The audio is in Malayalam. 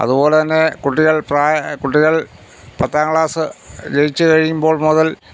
അതുപോലെതന്നെ കുട്ടികൾ പ്രായ കുട്ടികൾ പത്താം ക്ലാസ് ജയിച്ചു കഴിയുമ്പോൾ മുതൽ